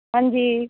ਹਾਂਜੀ